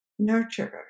nurturer